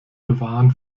bewahren